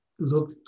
look